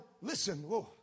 listen